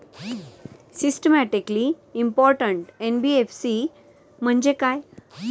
Systematically important NBFC म्हणजे काय?